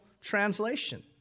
translation